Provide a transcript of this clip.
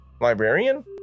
librarian